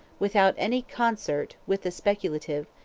without any concert with the speculative,